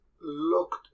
looked